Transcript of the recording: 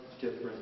different